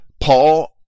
Paul